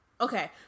Okay